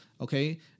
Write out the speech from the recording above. okay